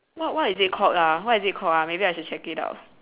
what what is it called ah what is it called ah maybe I should check it out